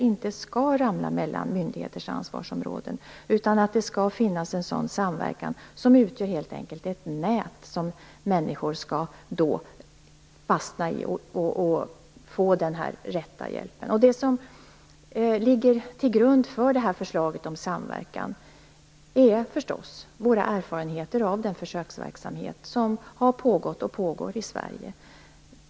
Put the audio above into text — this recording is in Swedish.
De skall inte hamna mellan myndigheters ansvarsområden. Det skall finnas en samverkan som utgör ett nät där människor fastnar och får rätt till hjälp. Till grund för förslaget om samverkan ligger förstås våra erfarenheter av den försöksverksamhet som har pågått och som pågår i Sverige.